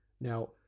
now